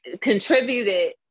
contributed